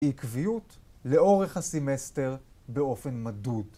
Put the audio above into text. עקביות לאורך הסמסטר באופן מדוד